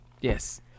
Yes